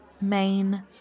main